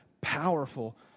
powerful